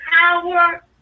power